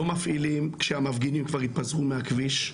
לא מפעילים כשהמפגינים כבר התפזרו מהכביש,